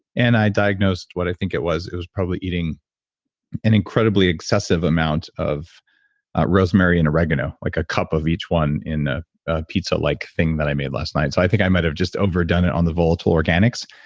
and i diagnosed what i think it was, it was probably eating an incredibly excessive amount of rosemary and oregano, like a cup of each one in ah a pizza-like thing that i made last night. so i think i might've just overdone it on the volatile organics.